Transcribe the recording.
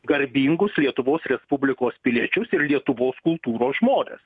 garbingus lietuvos respublikos piliečius ir lietuvos kultūros žmones